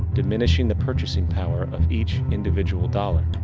diminishing the purchasing power of each individual dollar.